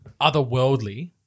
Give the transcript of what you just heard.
otherworldly